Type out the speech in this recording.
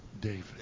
David